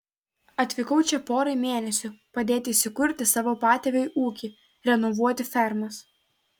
atvykau čia porai mėnesių padėti įsikurti savo patėviui ūkį renovuoti fermas